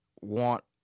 want